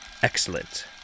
Excellent